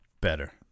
Better